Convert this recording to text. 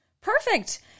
perfect